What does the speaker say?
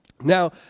Now